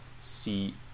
see